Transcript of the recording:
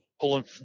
pulling